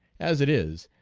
as it is,